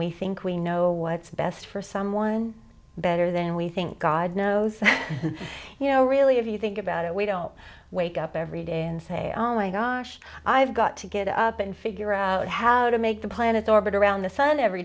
we think we know what's best for someone better than we think god knows you know really if you think about it we don't wake up every day and say oh my gosh i've got to get up and figure out how to make the planets orbit around the sun every